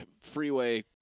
freeway